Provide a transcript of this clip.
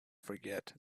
forget